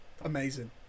amazing